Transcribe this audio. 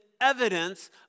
evidence